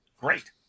great